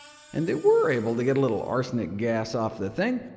and they were able to get a little arsenic gas off the thing,